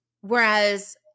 Whereas